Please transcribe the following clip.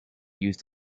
used